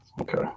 Okay